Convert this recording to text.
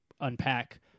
unpack